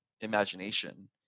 imagination